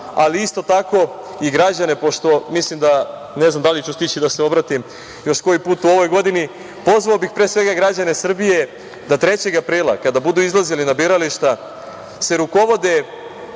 ali isto tako i građane, pošto ne znam da li ću stići da se obratim još koji put u ovoj godini, pozvao bih pre svega građane Srbije da 3. aprila kada budu izlazili na birališta se rukovode